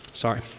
Sorry